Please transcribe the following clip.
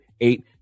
eight